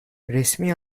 resmi